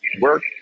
work